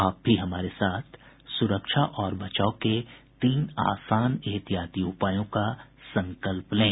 आप भी हमारे साथ सुरक्षा और बचाव के तीन आसान एहतियाती उपायों का संकल्प लें